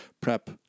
prep